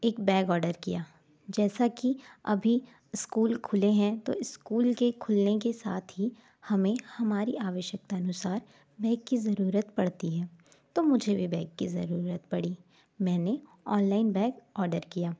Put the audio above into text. एक bag order किया जैसा कि अभी स्कूल खुले हैं तो स्कूल के खुलने के साथ ही हमें हमारी आवश्यकता अनुसार बैग की ज़रूरत पड़ती है तो मुझे भी बैग की ज़रूरत पड़ी मैंने ऑनलाइन बैग ऑर्डर किया